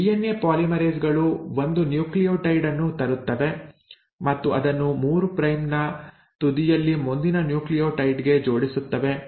ಈ DNA polymerase ಗಳು 1 nucleotide ಅನ್ನು ತರುತ್ತವೆ ಮತ್ತು ಅದನ್ನು 3 ಪ್ರೈಮ್ ನ ತುದಿಯಲ್ಲಿ ಮುಂದಿನ ನ್ಯೂಕ್ಲಿಯೋಟೈಡ್ ಗೆ ಜೋಡಿಸುತ್ತವೆ